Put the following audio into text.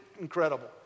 incredible